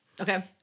Okay